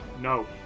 No